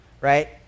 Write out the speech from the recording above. right